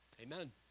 Amen